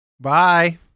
Bye